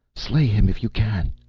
slay him if you can!